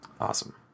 Awesome